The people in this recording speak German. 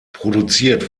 produziert